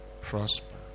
Prosper